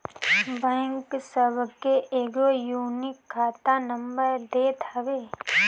bank सबके एगो unique खाता नंबर देत हवे